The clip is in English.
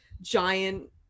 giant